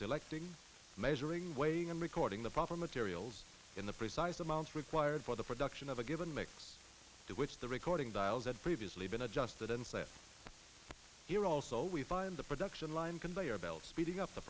selecting measuring weighing and recording the proper materials in the precise amounts required for the production of a given mix to which the recording dials had previously been adjusted and set here also we find the production line conveyor belt speeding up the